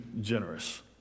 generous